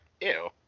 ew